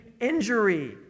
injury